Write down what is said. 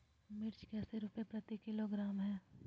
मिर्च कैसे रुपए प्रति किलोग्राम है?